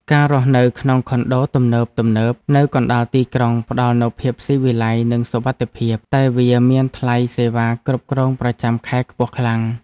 ការរស់នៅក្នុងខុនដូទំនើបៗនៅកណ្តាលទីក្រុងផ្ដល់នូវភាពស៊ីវិល័យនិងសុវត្ថិភាព តែវាមានថ្លៃសេវាគ្រប់គ្រងប្រចាំខែខ្ពស់ខ្លាំង។